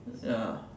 ya